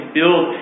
build